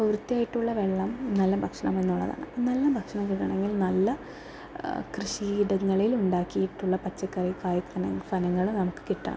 വൃത്തിയായിട്ടുള്ള വെള്ളം നല്ല ഭക്ഷണം എന്നുള്ളതാണ് നല്ല ഭക്ഷണം കിട്ടണമെങ്കിൽ നല്ല കൃഷിയിടങ്ങളിൽ ഉണ്ടാക്കിയിട്ടുള്ള പച്ചക്കറി കായ്ഫലങ്ങൾ നമുക്ക് കിട്ടണം